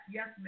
Yes